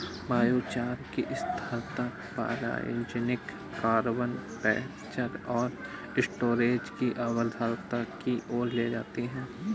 biochar की स्थिरता pyrogenic carbon capture और स्टोरेज की अवधारणा की ओर ले जाती है